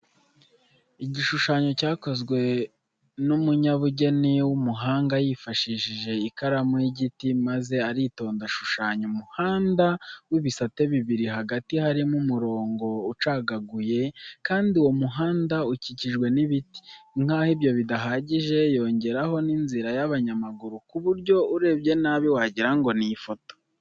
Igishushanyo cyakozwe n'umunyabugeni w'umuhanga yifashishije ikaramu y'igiti maze aritonda ashushanya umuhanda w'ibisate bibiri hagati harimo umurongo ucagaguye kandi uwo muhanda ukikijwe n'ibiti. Nk'aho ibyo bidahagije yongeraho n'inzira y'abanyamaguru ku buryo urebye nabi wagira ngo ni ifoto.